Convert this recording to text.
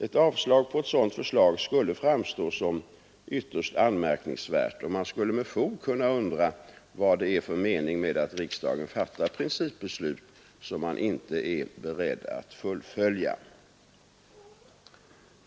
Ett avslag på ett sådant förslag skulle framstå som ytterst anmärkningsvärt, och man skulle med fog kunna undra vad det är för mening med att riksdagen fattar principbeslut som den inte är beredd att fullfölja.